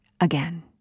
again